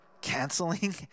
canceling